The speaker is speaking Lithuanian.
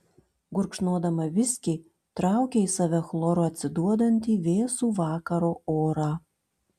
gurkšnodama viskį traukė į save chloru atsiduodantį vėsų vakaro orą